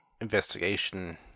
investigation